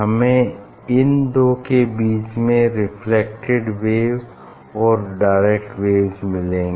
हमें इन दो के बीच में रेफ्लेक्टेड वेव और डायरेक्ट वेव्स मिलेंगी